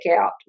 out